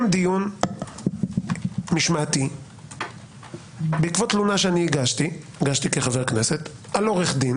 דיון משמעתי בעקבות תלונה שהגשתי כחבר כנסת על עורך דין